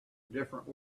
different